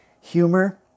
humor